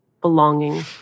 belonging